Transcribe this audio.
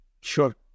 Sure